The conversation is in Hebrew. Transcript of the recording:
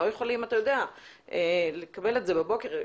לא יכולים לקבל את זה בבוקר.